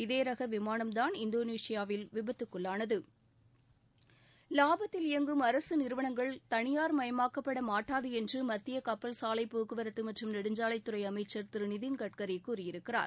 இதே ரக விமானம்தான் இந்தோனேஷியாவில் விபத்துக்குள்ளானது லாபத்தில் இயங்கும் அரசு நிறுவனங்கள் தனியார்மயமாக்கப்பட மாட்டாது என்று மத்திய கப்பல் சாலைப் போக்குவரத்து மற்றும் நெடுஞ்சாலைத்துறை அமைச்சர் திரு நிதின் கட்கரி கூறியிருக்கிறார்